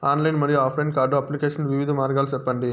Online మరియు offline card application వివిధ మార్గాలు సెప్పండి?